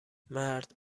مرد